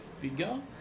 figure